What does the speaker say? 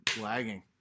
lagging